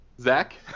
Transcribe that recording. Zach